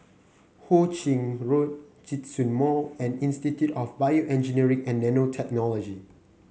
Ho Ching Road Djitsun Mall and Institute of BioEngineering and Nanotechnology